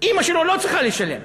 אימא שלו לא צריכה לשלם.